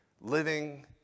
living